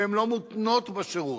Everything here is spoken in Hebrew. והן לא מותנות בשירות,